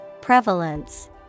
Prevalence